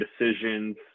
decisions